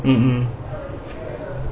mmhmm